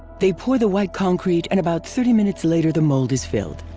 they pour the white concrete and about thirty minutes later the mold is filled.